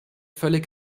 völlig